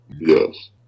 Yes